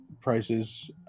prices